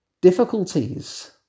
difficulties